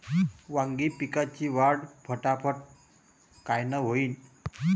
वांगी पिकाची वाढ फटाफट कायनं होईल?